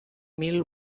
mil